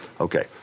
Okay